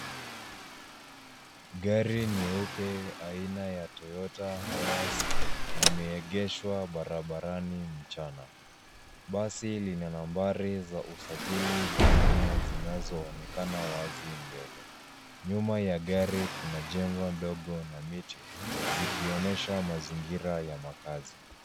Gari nyeupe aina ya toyota hiace limeegeshwa barabarani mchana. Basi lina nambari za usajili za Kenya zinazoonekana wazi mbele. Nyuma ya gari kunajengwa ndogo na miti zikionesha mazingira ya makazi.